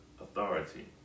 authority